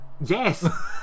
Yes